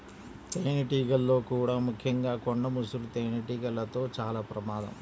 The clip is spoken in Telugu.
తేనెటీగల్లో కూడా ముఖ్యంగా కొండ ముసురు తేనెటీగలతో చాలా ప్రమాదం